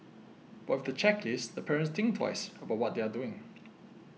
but with the checklist the parents think twice about what they are doing